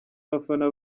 abafana